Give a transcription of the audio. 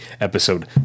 episode